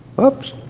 oops